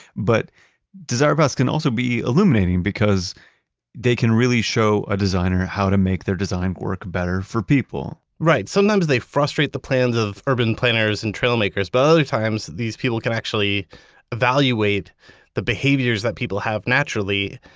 but desire paths can also be illuminating because they can really show a designer how to make their design work better for people right. sometimes they frustrate the plans of urban planners and trail makers, but other times these people can actually evaluate the behaviors that people have naturally,